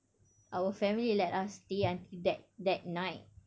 our family let us stay until that that night